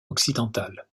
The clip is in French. occidentale